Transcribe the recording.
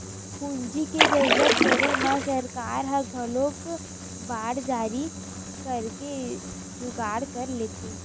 पूंजी के जरुरत पड़े म सरकार ह घलोक बांड जारी करके जुगाड़ कर लेथे